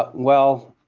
but well,